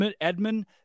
Edmund